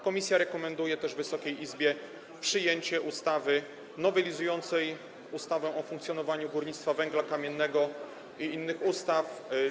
Komisja rekomenduje Wysokiej Izbie przyjęcie ustawy nowelizującej ustawę o funkcjonowaniu górnictwa węgla kamiennego i innych ustaw.